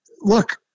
Look